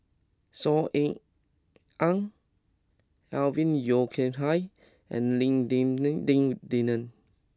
Saw Ean Ang Alvin Yeo Khirn Hai and Lim Denan ding Denon